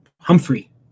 Humphrey